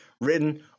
written